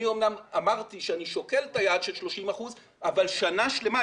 אני אמנם אמרתי שאני שוקל את היעד של 30 אחוזים אבל שנה שלמה,